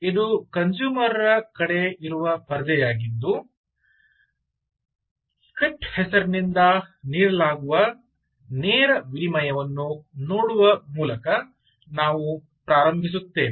ಇದು ಕನ್ಸೂಮರ್ ರ ಕಡೆ ಇರುವ ಪರದೆಯಾಗಿದ್ದು ಸ್ಕ್ರಿಪ್ಟ್ ಹೆಸರಿನಿಂದ ನೀಡಲಾಗುವ ನೇರ ವಿನಿಮಯವನ್ನು ನೋಡುವ ಮೂಲಕ ನಾವು ಪ್ರಾರಂಭಿಸುತ್ತೇವೆ